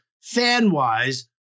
fan-wise